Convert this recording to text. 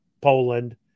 Poland